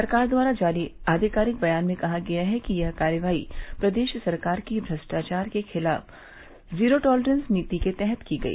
सरकार द्वारा जारी आधिकारिक बयान में कहा गया कि यह कार्रवाई प्रदेश सरकार की भ्रष्टाचार के खिलाफ जीरो टॉलरेंस नीति के तहत की गई